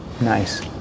Nice